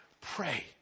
Pray